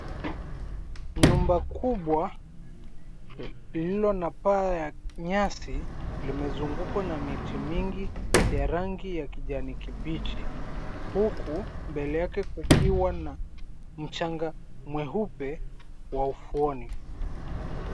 Nyumba kubwa lililo na paa ya nyasi limezungukwa na miti mingi ya rangi ya kijani kibichi, huku mbele yake kukiwa na mchanga mweupe wa ufuoni.